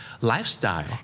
lifestyle